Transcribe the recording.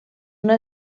una